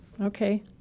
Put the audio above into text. Okay